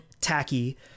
tacky